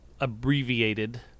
abbreviated